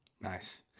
Nice